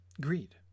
Greed